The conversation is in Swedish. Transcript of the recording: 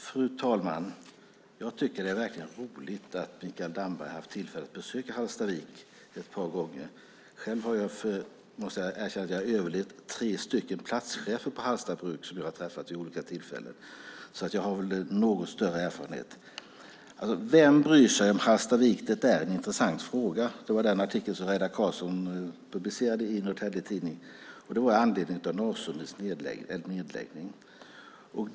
Fru talman! Jag tycker att det verkligen är roligt att Mikael Damberg haft tillfälle att besöka Hallstavik ett par gånger. Själv har jag överlevt tre platschefer på Hallsta bruk som jag har träffat vid olika tillfällen, så jag har något större erfarenhet. Vem bryr sig om Hallstavik? Det är en intressant fråga. Den ställdes i en artikel av Reidar Karlsson som publicerades i Norrtelje Tidning med anledning av nedläggningen av bruket i Norrsundet.